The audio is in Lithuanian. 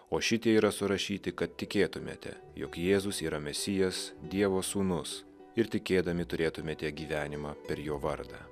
o šitie yra surašyti kad tikėtumėte jog jėzus yra mesijas dievo sūnus ir tikėdami turėtumėte gyvenimą per jo vardą